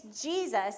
Jesus